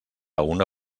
una